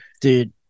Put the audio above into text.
dude